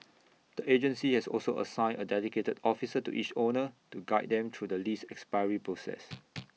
the agency has also assigned A dedicated officer to each owner to guide them through the lease expiry process